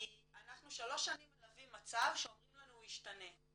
כי אנחנו שלוש שנים מלווים מצב שאומרים לנו שהוא ישתנה.